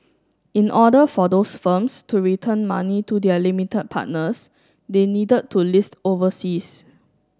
in order for those firms to return money to their limited partners they needed to list overseas